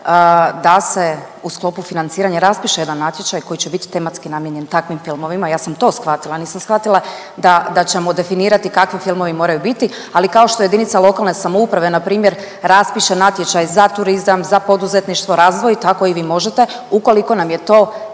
da se u sklopu financiranja raspiše jedan natječaj koji će bit tematski namijenjen takvim filmovima. Ja sam to shvatila nisam shvatila da, da ćemo definirati kakvi filmovi moraju biti ali kao što je jedinica lokalne samouprave npr. raspiše natječaj za turizam, za poduzetništvo, razvoj tako i vi možete ukoliko nam je to